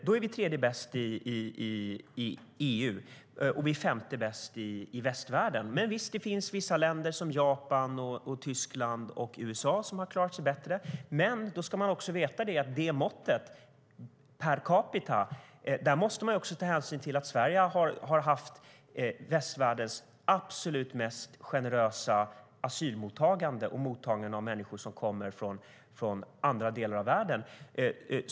Då är vi tredje bäst i EU och femte bäst i västvärlden. Visst finns det vissa länder som har klarat sig bättre, såsom Japan, Tyskland och USA, men då ska man veta att man med måttet per capita också måste ta hänsyn till att Sverige har haft västvärldens absolut mest generösa asylmottagande och mottagande av människor från andra delar av världen.